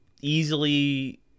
easily